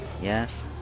Yes